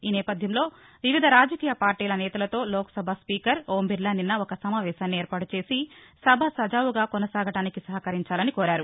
ఈ నేపథ్యంలో వివిధ రాజకీయ పార్టీల నేతలతో లోక్సభ స్పీకర్ ఓంబిర్లా నిన్న ఒక సమావేశాన్ని ఏర్పాటు చేసి సభ సజావుగా కొనసాగడానికి సహకరించాలని కోరారు